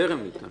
טרם ניתן, כן.